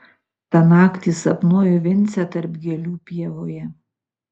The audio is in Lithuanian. tą naktį sapnuoju vincę tarp gėlių pievoje